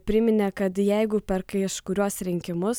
priminė kad jeigu per kažkuriuos rinkimus